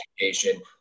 education